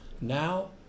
Now